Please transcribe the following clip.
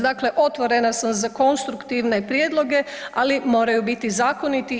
Dakle, otvorena sam za konstruktivne prijedloge, ali moraju biti zakoniti.